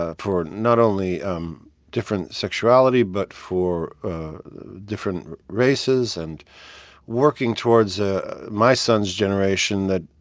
ah for not only um different sexuality but for different races and working towards ah my son's generation that